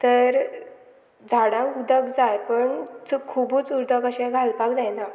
तर झाडांक उदक जाय पण च खुबूच उदक अशें घालपाक जायना